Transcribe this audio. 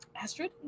Astrid